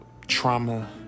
trauma